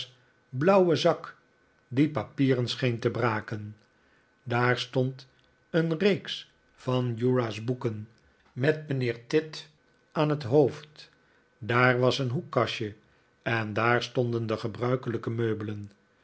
blauwe zak die papieren scheen op bezoek bij de heep's te braken daar stond een reeks van uriah's boeken met mijnheer tidd aan het hoofd daar was een hoekkastje en daar stonden de gebruikelijke meubelen